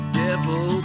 devil